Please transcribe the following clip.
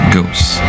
Ghosts